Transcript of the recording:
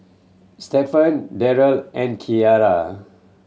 Stephen Derrell and Kiarra